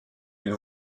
une